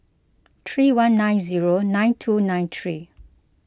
three one nine zero nine two nine three